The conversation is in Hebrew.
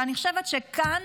ואני חושבת שכאן